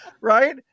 right